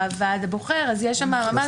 מועצה.